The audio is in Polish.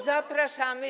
Zapraszamy.